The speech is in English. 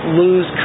lose